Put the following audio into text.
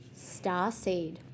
Starseed